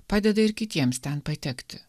padeda ir kitiems ten patekti